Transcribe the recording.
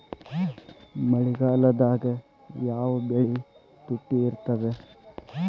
ಮಳೆಗಾಲದಾಗ ಯಾವ ಬೆಳಿ ತುಟ್ಟಿ ಇರ್ತದ?